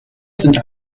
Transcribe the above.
sind